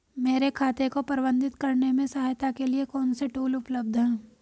मेरे खाते को प्रबंधित करने में सहायता के लिए कौन से टूल उपलब्ध हैं?